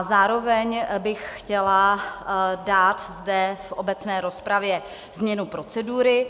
Zároveň bych chtěla dát zde v obecné rozpravě změnu procedury.